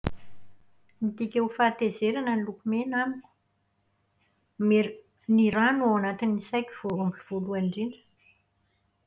Midika ho fahatezerana ny loko mena amiko. Mer- Ny rà no ao anatin'ny saiko voalohany indrindra.